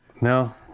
No